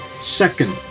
second